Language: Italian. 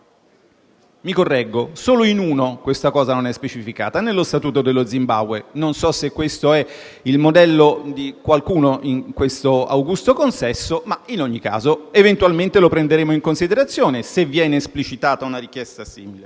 Mi correggo, solo in uno statuto questa cosa non è specificata, ovvero nello statuto dello Zimbabwe: non so se questo sia il modello di qualcuno in questo augusto consesso, ma in ogni caso, eventualmente, lo prenderemo in considerazione, se verrà esplicitata una richiesta simile.